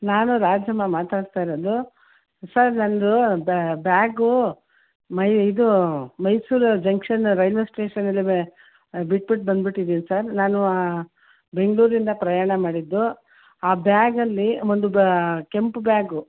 ನಾನು ರಾಜಮ್ಮ ಮಾತಡ್ತಾಯಿರೋದು ಸರ್ ನಂದು ಬ್ಯಾಗು ಮೈ ಇದು ಮೈಸೂರಲ್ಲಿ ಜಂಕ್ಷನ್ ರೈಲ್ವೆ ಸ್ಟೇಷನ್ ಅಲ್ಲಿ ಬಿಟ್ಬಿಟ್ಟು ಬಂದ್ಬಿಟಿದ್ದೀವಿ ಸರ್ ನಾನು ಬೆಂಗಳೂರಿಂದ ಪ್ರಯಾಣ ಮಾಡಿದ್ದು ಆ ಬ್ಯಾಗ್ಲಿ ಒಂದು ಕೆಂಪು ಬ್ಯಾಗು